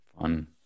Fun